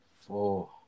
Four